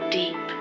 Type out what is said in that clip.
deep